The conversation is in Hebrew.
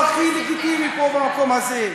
הוא הכי לגיטימי פה במקום הזה.